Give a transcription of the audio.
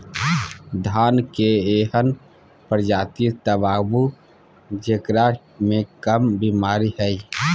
धान के एहन प्रजाति बताबू जेकरा मे कम बीमारी हैय?